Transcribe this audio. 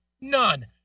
None